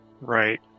right